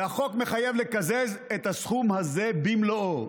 והחוק מחייב לקזז את הסכום הזה במלואו,